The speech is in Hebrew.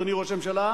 אדוני ראש הממשלה,